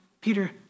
Peter